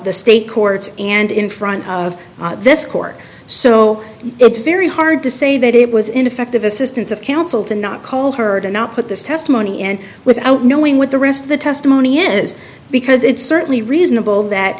the state courts and in front of this court so it's very hard to say that it was ineffective assistance of counsel to not call her to not put this testimony in without knowing what the rest of the testimony is because it's certainly reasonable that